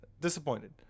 disappointed